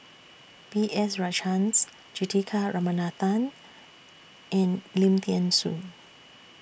B S Rajhans Juthika Ramanathan and Lim Thean Soo